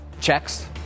checks